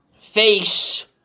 face